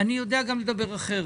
אני יודע גם לדבר אחרת.